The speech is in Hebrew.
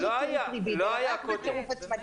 לא באמצעות ריבית אלא רק בצירוף הצמדה.